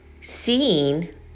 seeing